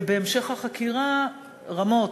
ובהמשך החקירה רמו"ט,